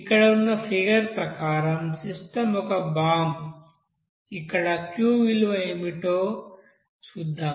ఇక్కడ ఉన్న ఫిగర్ ప్రకారం సిస్టమ్ ఒక బాంబు ఇక్కడ Q విలువ ఏమిటో చూద్దాం